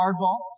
hardball